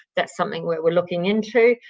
that's something we're looking into.